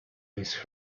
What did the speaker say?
these